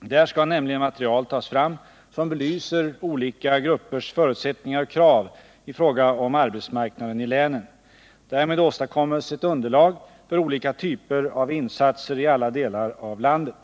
Där skall nämligen material tas fram, som belyser olika gruppers förutsättningar och krav i fråga om arbetsmarknaden i länen. Därmed åstadkommes ett underlag för olika typer av insatser i alla delar av landet.